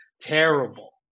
Terrible